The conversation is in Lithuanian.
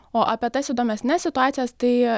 o apie tas įdomesnes situacijas tai